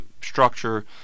structure